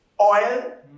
oil